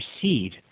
proceed